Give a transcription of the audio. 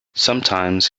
sometimes